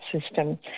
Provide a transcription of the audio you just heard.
system